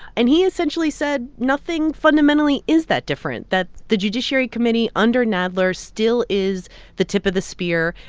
and he essentially said nothing fundamentally is that different, that the judiciary committee under nadler still is the tip of the spear.